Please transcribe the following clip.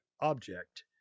object